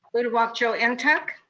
uduak-joe and ntuk.